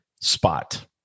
spot